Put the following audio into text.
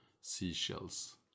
seashells